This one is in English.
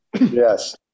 Yes